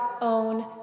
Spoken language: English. own